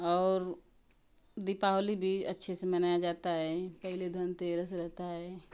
और दीपावली भी अच्छे से मनाया जाता है पहिले धनतेरस रहता है